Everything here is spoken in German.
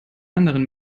anderen